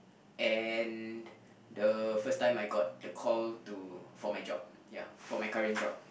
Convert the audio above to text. and the first time I got the call to for my job ya for my current job